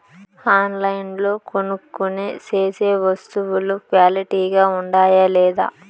ఆన్లైన్లో కొనుక్కొనే సేసే వస్తువులు క్వాలిటీ గా ఉండాయా లేదా?